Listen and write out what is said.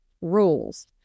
rules